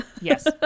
yes